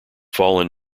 fallen